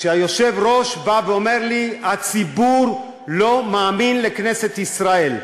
שהיושב-ראש בא ואומר לי: הציבור לא מאמין לכנסת ישראל.